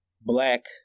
black